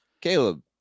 Caleb